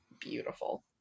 Beautiful